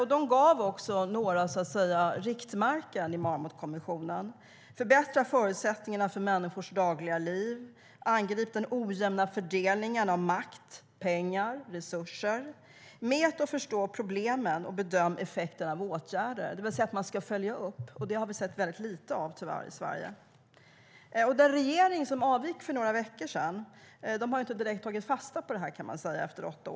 Marmutkommissionen gav oss några riktmärken: förbättra utsättningarna för människors dagliga liv, angrip den ojämna fördelningen av makt, pengar och resurser, mät och förstå problemen och bedöm effekterna av åtgärder, det vill säga att man ska följa upp. Det har vi tyvärr sett väldigt lite av i Sverige. Den regering som avgick för några veckor sedan har inte direkt tagit fasta på detta.